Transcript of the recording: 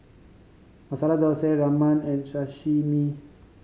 Masala Dosa Ramen and Sashimi